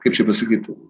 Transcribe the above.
kaip čia pasakyt